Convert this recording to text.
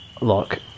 look